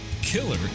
killer